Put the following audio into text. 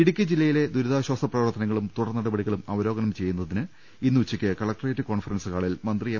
ഇടുക്കി ജില്ലയിലെ ദുരിതാശ്ചാസ പ്രവർത്തനങ്ങളും തുടർ നടപടികളും അവലോകനം ചെയ്യുന്നതിന് ഇന്ന് ഉച്ചയ്ക്ക് കലക്ടറേറ്റ് കോൺഫറൻസ് ഹാളിൽ മന്ത്രി എം